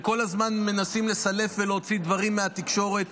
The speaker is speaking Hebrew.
וכל הזמן מנסים לסלף ולהוציא דברים מהתקשורת.